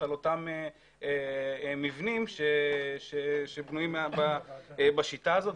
על אותם מבנים שבנויים בשיטה הזאת.